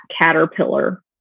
Caterpillar